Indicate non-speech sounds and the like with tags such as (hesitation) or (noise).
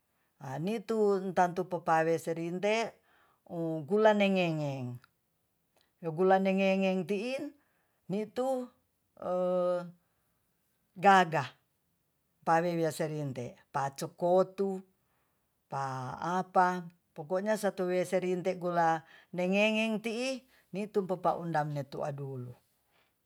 Anitu tantupapawe serinde u gula nenge-ngeng- ti'tin nyitu (hesitation) gagah pawewian serinte pacokotu pa apa pokonya satu we serinte gula nenge-ngeng ti'i nitu papamduangen tua dulu